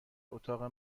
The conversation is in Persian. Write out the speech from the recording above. اتاق